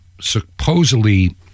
supposedly